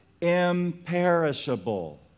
imperishable